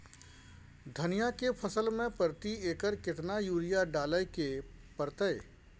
धनिया के फसल मे प्रति एकर केतना यूरिया डालय के परतय?